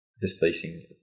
displacing